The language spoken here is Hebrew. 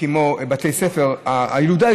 אם את אותו מאמץ כמו בוותמ"ל היינו